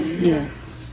Yes